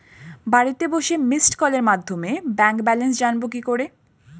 বাড়িতে বসে মিসড্ কলের মাধ্যমে ব্যাংক ব্যালেন্স জানবো কি করে?